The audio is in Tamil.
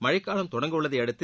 மழைக்காலம் தொடங்கவுள்ளதை அடுத்து